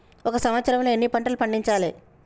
ఒక సంవత్సరంలో ఎన్ని పంటలు పండించాలే?